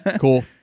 cool